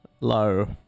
Low